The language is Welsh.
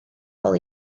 bobl